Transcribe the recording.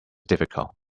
difficult